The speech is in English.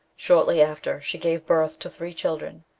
shortly after, she gave birth to three children,